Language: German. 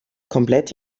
komplett